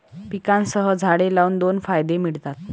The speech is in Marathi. पिकांसह झाडे लावून दोन फायदे मिळतात